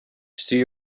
stuur